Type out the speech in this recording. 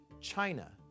China